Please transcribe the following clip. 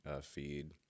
feed